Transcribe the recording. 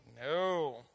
No